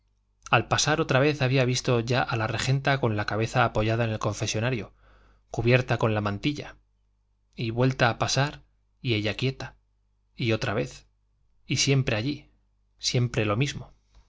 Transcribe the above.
al pasar otra vez había visto ya a la regenta con la cabeza apoyada en el confesonario cubierta con la mantilla y vuelta a pasar y ella quieta y otra vez y siempre allí siempre lo mismo